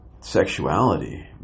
sexuality